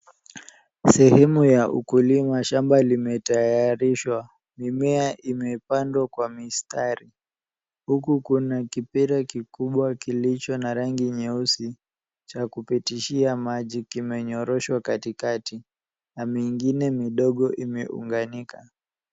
Sehemu ya ukulima, shamba limetayarishwa, mimea imepandwa kwa mistari. Huku kuna kipira kikubwa kilicho na rangi nyeusi cha kupitishia maji kimenyoroshwa katikati, na mingine midogo imeunganika.